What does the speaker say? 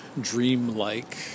dreamlike